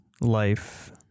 life